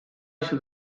sydd